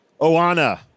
Oana